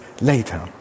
later